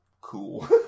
Cool